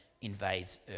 invades